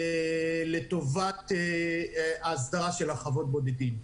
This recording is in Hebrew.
לטובת ההסדרה של חוות הבודדים.